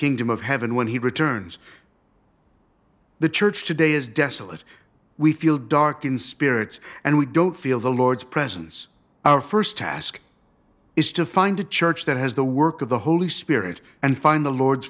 kingdom of heaven when he returns the church today is desolate we feel dark in spirits and we don't feel the lord's presence our st task is to find a church that has the work of the holy spirit and find the lord's